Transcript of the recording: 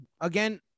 again